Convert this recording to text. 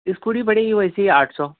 scooty پڑے گی ویسے ہی آٹھ سو